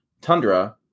Tundra